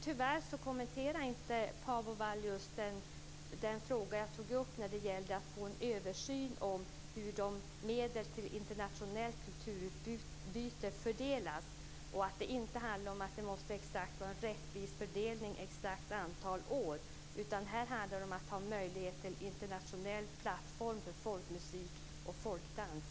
Tyvärr kommenterade inte Paavo Vallius den fråga jag tog upp om att få en översyn av hur medlen till internationellt kulturutbyte fördelas. Det handlar inte om att det måste vara en exakt rättvis fördelning under ett exakt antal år, utan det handlar om möjligheten till en internationell plattform för folkmusik och folkdans.